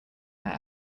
air